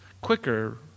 quicker